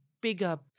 bigger